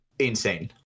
insane